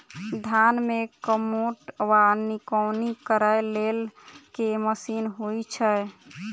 धान मे कमोट वा निकौनी करै लेल केँ मशीन होइ छै?